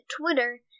Twitter